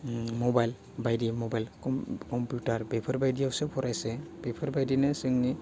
उम मबाइल बायदि मबाइल खम कम्पिउटार बेफोरबायदियावसो फरायसाया बेफोरबायदिनो जोंनि